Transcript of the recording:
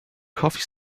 coffee